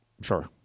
Sure